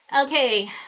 okay